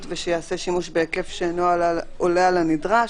ושייעשה שימוש בהיקף שאינו עולה על הנדרש.